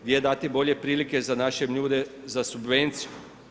Gdje dati bolje prilike za naše ljude, za subvenciju.